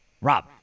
Rob